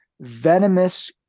venomous